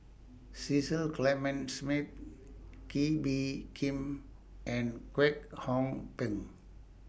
Cecil Clementi Smith Kee Bee Khim and Kwek Hong Png